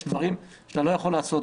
יש דברים שאתה לא יכול לעשות,